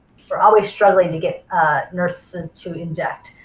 we're always struggling to get nurses to inject.